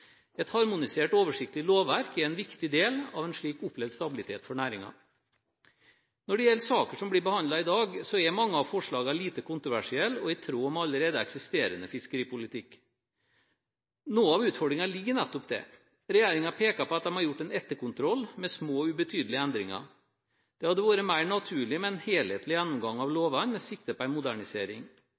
Et harmonisert og oversiktlig lovverk er en viktig del av en slik opplevd stabilitet for næringen. Når det gjelder saken som blir behandlet i dag, er mange av forslagene lite kontroversielle og i tråd med allerede eksisterende fiskeripolitikk. Noe av utfordringen ligger i nettopp det. Regjeringen peker på at de har gjort en etterkontroll med små, ubetydelige endringer. Det hadde vært mer naturlig med en helhetlig gjennomgang av lovene med sikte på en modernisering.